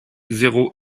zéro